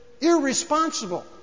irresponsible